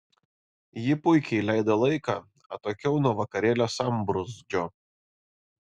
ji puikiai leido laiką atokiau nuo vakarėlio sambrūzdžio